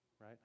right